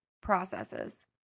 processes